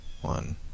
one